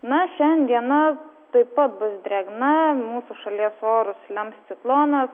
na šiandiena taip pat bus drėgna mūsų šalies orus lems ciklonas